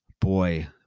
boy